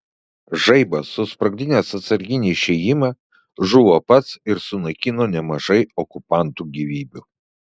žaibas susprogdinęs atsarginį išėjimą žuvo pats ir sunaikino nemažai okupantų gyvybių